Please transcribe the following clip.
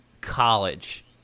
college